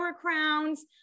crowns